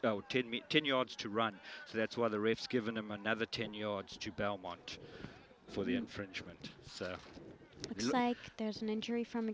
to me ten yards to run so that's why the risk given him another ten yards to belmont for the infringement so like there's an injury from